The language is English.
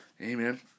Amen